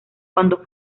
cuando